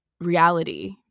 reality